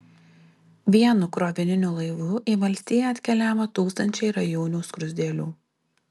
vienu krovininiu laivu į valstiją atkeliavo tūkstančiai rajūnių skruzdėlių